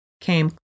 came